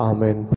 Amen